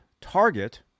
Target